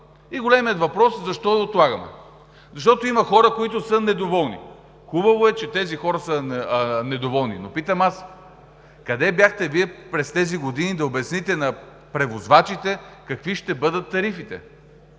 Големият въпрос е защо я отлагаме? Защото има хора, които са недоволни. Хубаво е, че тези хора са недоволни. Но питам аз: къде бяхте Вие през тези години да обясните на превозвачите какви ще бъдат тарифите?